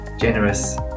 generous